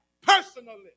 personally